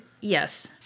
yes